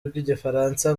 rw’igifaransa